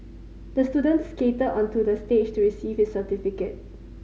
the student skated onto the stage to receive his certificate